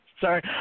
Sorry